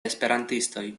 esperantistoj